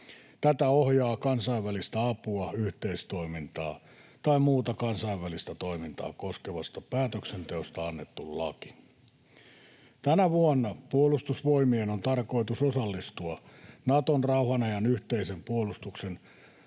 Tätä ohjaa kansainvälistä apua, yhteistoimintaa tai muuta kansainvälistä toimintaa koskevasta päätöksenteosta annettu laki. Tänä vuonna Puolustusvoimien on tarkoitus osallistua Naton rauhanajan yhteisen puolustuksen